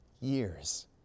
years